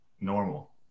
normal